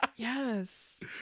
Yes